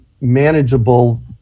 manageable